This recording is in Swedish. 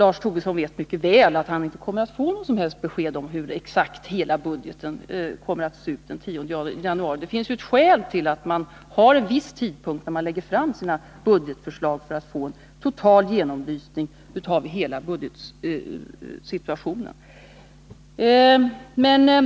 Lars Tobisson vet mycket väl att han inte kommer att få något exakt besked nu om hur budgeten i dess helhet kommer att se ut den 10 januari. Det finns ju väl grundade skäl till att man har fastställt en viss tidpunkt för framläggandet av budgetförslag, nämligen att man vill få en total genomlysning av hela budgetsituationen.